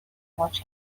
ماچ